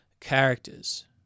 characters